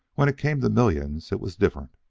when it came to millions, it was different.